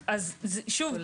שוב,